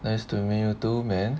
nice to meet you too man